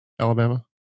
Alabama